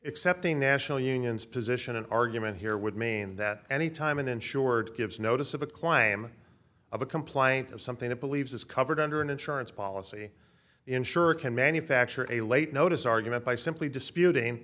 xcept in national unions position an argument here would mean that anytime an insured gives notice of a claim of a complaint of something that believes is covered under an insurance policy the insurer can manufacture a late notice argument by simply disputing